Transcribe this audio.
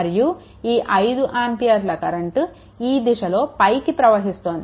మరియు ఈ 5 ఆంపియర్ల కరెంట్ ఈ దిశలో పైకి ప్రవహిస్తోంది